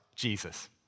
Jesus